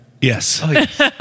Yes